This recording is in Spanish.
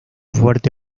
fuerte